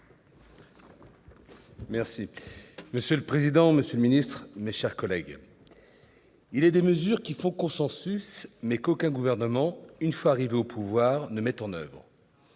Monsieur le président, monsieur le secrétaire d'État, mes chers collègues, il est des mesures qui font consensus, mais qu'aucun gouvernement, une fois arrivé au pouvoir, ne met en oeuvre.